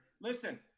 Listen